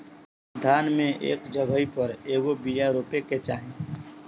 धान मे एक जगही पर कएगो बिया रोपे के चाही?